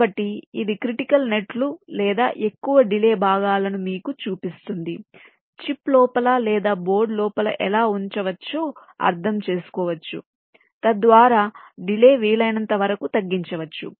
కాబట్టి ఇది critical net లు లేదా ఎక్కువ డిలే భాగాలను మీకు చూపిస్తుంది చిప్ లోపల లేదా బోర్డు లోపల ఎలా ఉంచవచ్చో అర్థం చేసుకోవచ్చు తద్వారా డిలే వీలైనంత వరకు తగ్గించవచ్చు